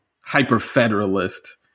hyper-federalist